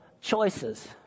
choices